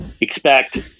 expect